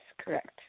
correct